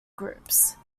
groups